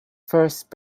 first